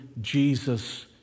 Jesus